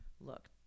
look